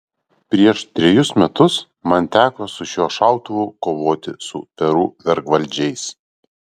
prieš trejus metus man teko su šiuo šautuvu kovoti su peru vergvaldžiais